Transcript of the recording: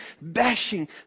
bashing